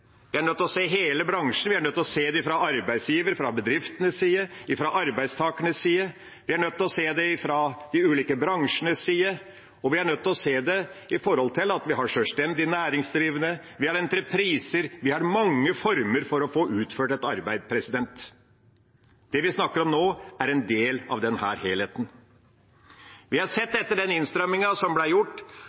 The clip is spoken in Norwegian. vi er nødt til å se hele bransjen, vi er nødt til å se det fra arbeidsgivers, fra bedriftenes og fra arbeidstakernes side. Vi er nødt til å se det fra de ulike bransjenes side, og vi er nødt til å se det i forhold til at vi har selvstendig næringsdrivende, vi har entrepriser – vi har mange former for å få utført et arbeid. Det vi snakker om nå, er en del av denne helheten. Etter den innstrammingen som ble gjort, har vi sett at det er de som